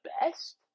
best